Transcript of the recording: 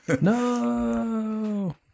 No